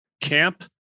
camp